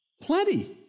Plenty